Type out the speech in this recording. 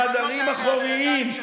בחדרים אחוריים,